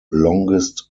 longest